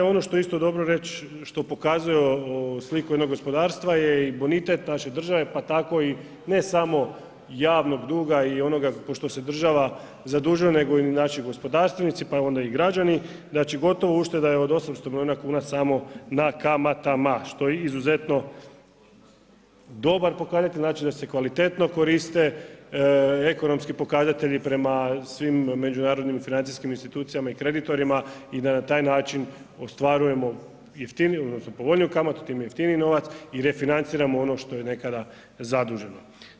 Ono što je isto dobro reći, što pokazuje sliku jednog gospodarstva je bonitet naše države, pa tako i ne samo javnog duga i onoga što pošto se država zadužuje nego znači gospodarstvenici pa onda i građani, znači gotovo ušteda je od 800 milijuna samo na kamatama, što je izuzetno dobar pokazatelj, znači da se kvalitetno koriste ekonomski pokazatelji prema svim međunarodnim financijskim institucijama i kreditorima i na taj način ostvarujemo jeftiniju odnosno povoljniju kamatu, time jeftiniji novac i refinanciramo ono što je nekada zaduženo.